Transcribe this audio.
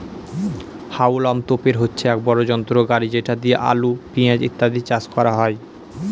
হাউলম তোপের হচ্ছে এক বড় যন্ত্র গাড়ি যেটা দিয়ে আলু, পেঁয়াজ ইত্যাদি চাষ করা হয়